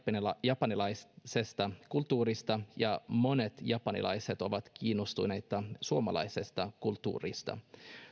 japanilaisesta kulttuurista ja monet japanilaiset ovat kiinnostuneita suomalaisesta kulttuurista